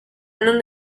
non